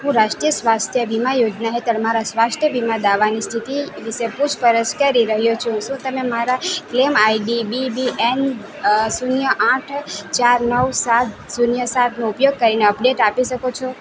હું રાષ્ટ્રીય સ્વાસ્થ્ય વીમા યોજના હેઠળ મારા સ્વાસ્થ્ય વીમા દાવાની સ્થિતિ વિશે પૂછપરછ કરી રહ્યો છું શું તમે મારા ક્લેમ આઈડી બીબી એન શૂન્ય આઠ ચાર નવ સાત શૂન્ય સાતનો ઉપયોગ કરીને અપડેટ આપી શકો છો